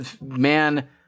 man